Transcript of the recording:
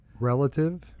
Relative